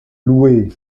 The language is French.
loué